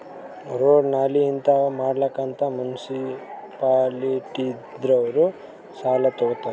road, ನಾಲಿ ಹಿಂತಾವ್ ಮಾಡ್ಲಕ್ ಅಂತ್ ಮುನ್ಸಿಪಾಲಿಟಿದವ್ರು ಸಾಲಾ ತಗೊತ್ತಾರ್